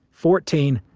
fourteen,